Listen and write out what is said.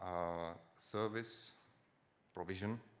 our service provision,